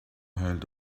held